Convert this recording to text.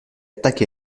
attaqué